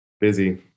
Busy